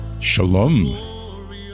Shalom